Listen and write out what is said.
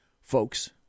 Folks